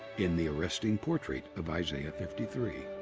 in the arresting portrait of isaiah fifty three.